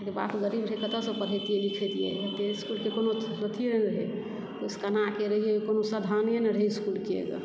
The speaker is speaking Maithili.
बाप गरीब रहै कतय सॅं पढ़ैबतियै लिखबतियै ग तऽ इसकुल के कोनो अथिए नहि रहै बस कोनाके रहियै कोनो साधन नहि रहै इसकुल के